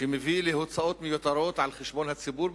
שמביא להוצאות מיותרות על חשבון הציבור,